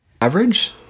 average